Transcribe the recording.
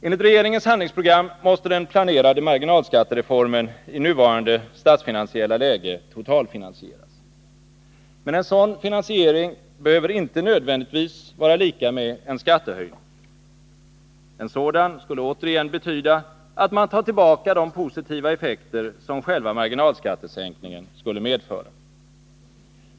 Enligt regeringens handlingsprogram måste den planerade marginalskattereformen i nuvarande statsfinansiella läge totalfinansieras. Men en sådan finansiering behöver inte nödvändigtvis vara lika med en skattehöjning. En sådan skulle återigen betyda att man tar tillbaka de positiva effekter som själva marginalskattesänkningen skulle medföra.